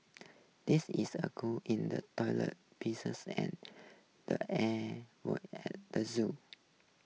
this is a clog in the toilet pieces and the Air Vents at the zoo